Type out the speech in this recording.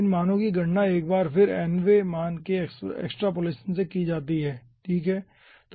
इन मानों की गणना एक बार फिर nवे मान के एक्सट्रपोलेशन से की जाती है ठीक है